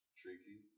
tricky